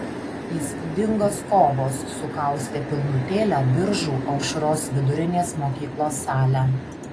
įspūdingos kovos sukaustė pilnutėlę biržų aušros vidurinės mokyklos salę